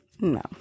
No